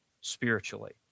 spiritually